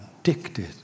addicted